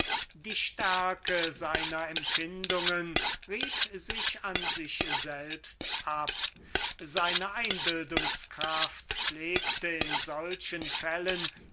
die stärke seiner empfindungen rieb sich an sich selbst ab seine einbildungskraft pflegte in solchen fällen